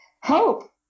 Help